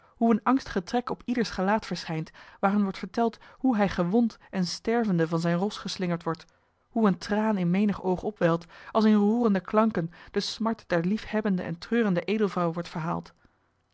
hoe een angstige trek op ieders gelaat verschijnt waar hun wordt verteld hoe hij gewond en stervende van zijn ros geslingerd wordt hoe een traan in menig oog opwelt als in roerende klanken de smart der liefhebbende en treurende edelvrouw wordt verhaald